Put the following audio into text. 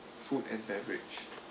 food and beverage